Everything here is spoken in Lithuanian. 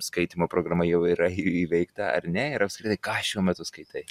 skaitymo programa jau yra įveikta ar ne ir apskritai ką šiuo metu skaitai